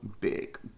big